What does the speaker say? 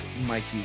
Mikey